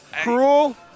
Cruel